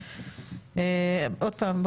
עוד פעם,